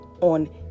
on